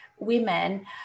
women